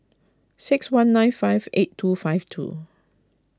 six one nine five eight two five two